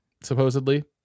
supposedly